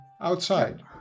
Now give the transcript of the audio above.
outside